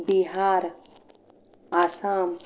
Bihar Assam